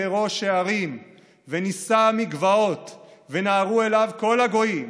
בראש ההרים ונשא מגבעות ונהרו אליו כל הגוים.